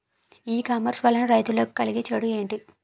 ఈ కామర్స్ వలన రైతులకి కలిగే చెడు ఎంటి?